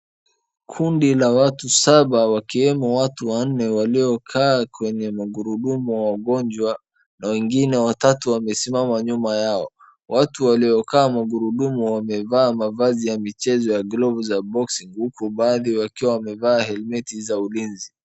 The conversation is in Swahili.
Kundi la watu saba wakiwemo watu wanne walio kaa kwenye magurudumu ya wagonjwa na wengine watatu wamesimama nyuma yao. Watu walio kaa magurudumu wamevaa mavazi ya michezo ya gloves za boxing huku baadhi wakiwa wamevaa helmeti za ulinzi.